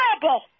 terrible